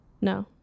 No